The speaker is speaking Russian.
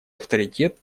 авторитет